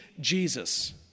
Jesus